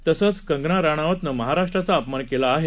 तसंच कंगना रणावतनं महाराष्ट्रचा अपमान केला आहे